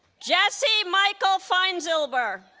jesse michael fajnzylber